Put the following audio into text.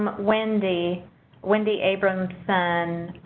um wendy wendy abramson,